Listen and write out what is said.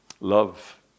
Love